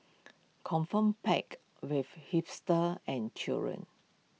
confirm packed with hipsters and children